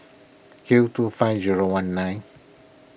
Q two five zero one nine